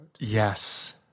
Yes